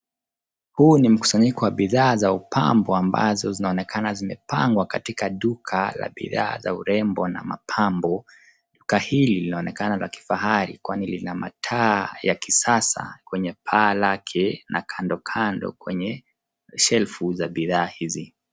Huu ni mkusanyiko wa bidhaa za upambo ambazo zinaonekana zimepangwa katika duka la bidhaa za urembo na mapambo. Duka hil linaonekana la kifahari kwani lina mataa ya kisasa kwenye paa lake na kando kando kwenye shelfu za bidhaa hizi.